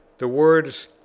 the words,